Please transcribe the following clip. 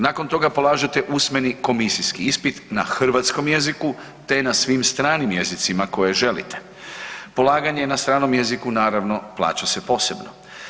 Nakon toga polažete usmeni komisijski ispit na hrvatskom jeziku te na svim stranim jezicima koji želite, polaganje na stranom jeziku naravno plaća se posebno.